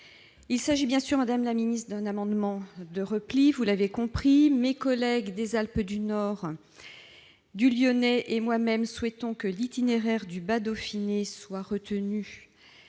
Il s'agit bien sûr, madame la ministre, d'un amendement de repli. Mes collègues des Alpes du Nord, ceux du Lyonnais et moi-même souhaitons que l'itinéraire du Bas-Dauphiné soit retenu.